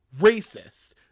racist